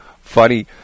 funny